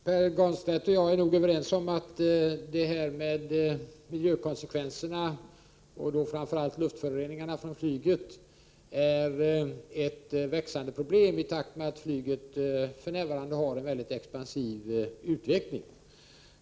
Herr talman! Pär Granstedt och jag är nog överens om att miljökonsekvenserna, och då framför allt luftföroreningarna från flyget, är ett växande problem i takt med att flyget för närvarande har en mycket expansiv utveckling.